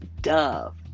dove